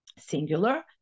singular